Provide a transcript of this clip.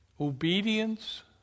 Obedience